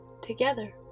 together